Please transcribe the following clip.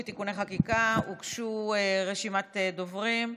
(תיקוני חקיקה) הוגשה רשימת דוברים.